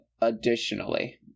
additionally